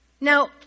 Now